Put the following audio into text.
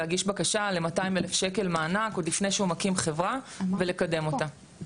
להגיש בקשה ל-200 אלף שקל מענק עוד לפני שהוא מקים חברה ולקדם אותה.